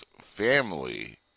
family